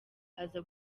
aza